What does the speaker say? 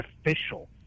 official